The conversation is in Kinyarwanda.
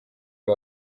uyu